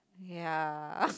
ya